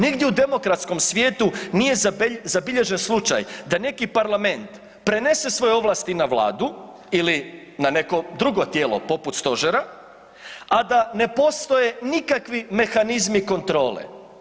Nigdje u demokratskom svijetu nije zabilježen slučaj da neki parlament prenese svoje ovlasti na vladu ili na neko drugo tijelo poput stožera, a da ne postoje nikakvi mehanizmi kontrole.